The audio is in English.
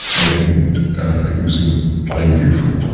and it was in plain view for